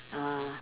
uh